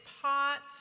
pots